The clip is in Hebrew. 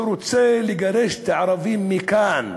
שרוצה לגרש את הערבים מכאן.